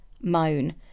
moan